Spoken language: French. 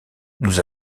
nous